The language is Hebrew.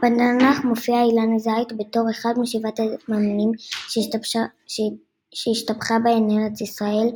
בתנ"ך מופיע אילן הזית בתור אחד משבעת המינים שהשתבחה בהן ארץ ישראל,